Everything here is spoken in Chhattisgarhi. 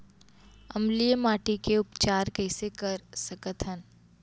अम्लीय माटी के उपचार कइसे कर सकत हन?